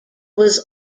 was